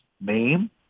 name